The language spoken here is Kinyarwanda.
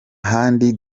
handi